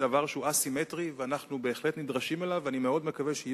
כולל הדוקטורט של מחמוד עבאס, אבו מאזן, המכחיש את